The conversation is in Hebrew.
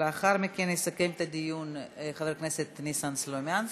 לאחר מכן יסכם את הדיון חבר הכנסת ניסן סלומינסקי,